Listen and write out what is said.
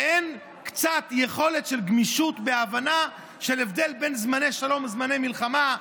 אין קצת יכולת של גמישות והבנה להבדל בין זמני שלום לזמני מלחמה,